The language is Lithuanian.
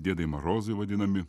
diedai marozai vadinami